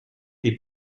des